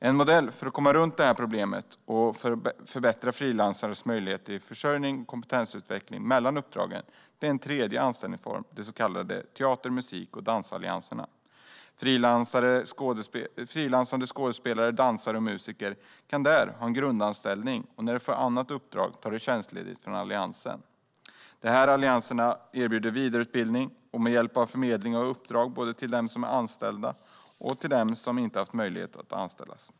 En modell för att komma runt problemet och förbättra frilansares möjligheter till försörjning och kompetensutveckling mellan uppdragen är en tredje anställningsform: de så kallade teater-, musik och dansallianserna. Frilansande skådespelare, dansare och musiker kan där ha en grundanställning, och när de får annat uppdrag tar de tjänstledigt från alliansen. De här allianserna erbjuder vidareutbildning och hjälp med förmedling av uppdrag både till dem som är anställda och till dem som inte har haft möjlighet att anställas.